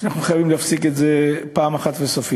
שאנחנו חייבים להפסיק את זה פעם אחת וסופית.